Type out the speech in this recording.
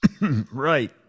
right